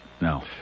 No